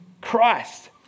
Christ